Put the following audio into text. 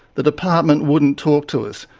the department wouldn't talk to us,